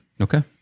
Okay